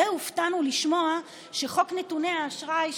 די הופתענו לשמוע שחוק נתוני האשראי,